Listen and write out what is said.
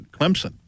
Clemson